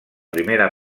primera